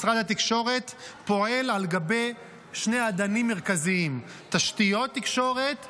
משרד התקשורת פועל על גבי שני אדנים מרכזיים: תשתיות תקשורת ושידורים.